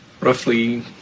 Roughly